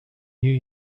new